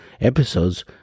episodes